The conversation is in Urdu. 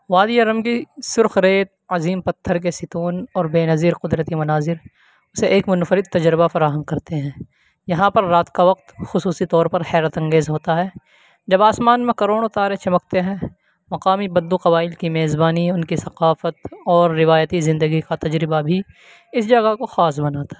وادیٔ رم کے سرخ ریت عظیم پتھر کے ستون اور بے نظیر قدرتی مناظر سے ایک منفرد تجربہ فراہم کرتے ہیں یہاں پر رات کا وقت خصوصی طور پر حیرت انگیز ہوتا ہے جب آسمان میں کروڑوں تارے چمکتے ہیں مقامی بدو قبائل کی میزبانی ان کے ثقافت اور روایتی زندگی کا تجربہ بھی اس جگہ کو خاص بناتا ہے